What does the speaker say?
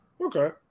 okay